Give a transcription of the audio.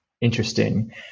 interesting